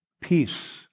peace